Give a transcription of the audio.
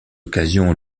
occasion